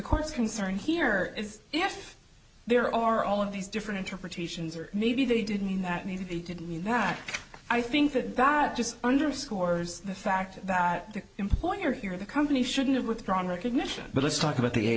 course concern here is if there are all of these different interpretations or maybe they didn't that maybe they didn't mean that i think that that just underscores the fact that the employer here the company shouldn't have withdrawn recognition but let's talk about the a